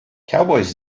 cowboys